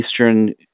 Eastern